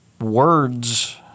Words